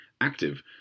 active